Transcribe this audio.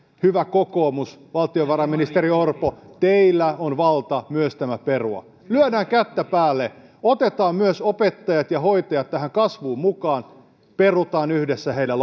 hyvä kokoomus valtiovarainministeri orpo teillä on valta tämä myös perua lyödään kättä päälle otetaan myös opettajat ja hoitajat tähän kasvuun mukaan perutaan yhdessä heidän